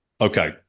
Okay